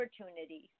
opportunities